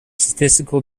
statistical